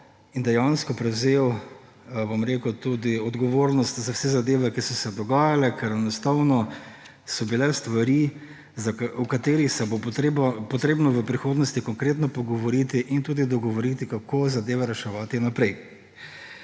in dejansko prevzel tudi odgovornost za vse zadeve, ki so se dogajale, ker enostavno so bile stvari, o katerih se bo potrebno v prihodnosti konkretno pogovoriti in tudi dogovoriti, kako zadeve reševati naprej.